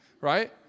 right